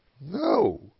No